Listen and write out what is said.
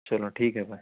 چلو ٹھیک ہے بھائی